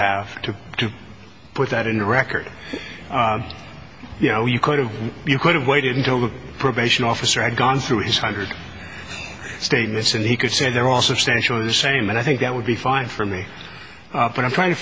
have to put that in the record you know you could have you could have waited until the probation officer had gone through his hundred statements and he could say they're also saying show the same and i think that would be fine for me but i'm trying to